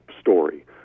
story